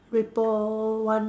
ripple one